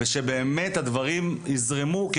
ושהדברים יזרמו,